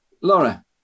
Laura